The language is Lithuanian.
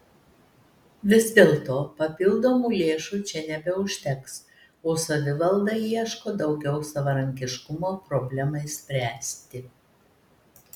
vis dėlto papildomų lėšų čia nebeužteks o savivalda ieško daugiau savarankiškumo problemai spręsti